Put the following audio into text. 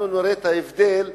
אנחנו נראה את ההבדלים: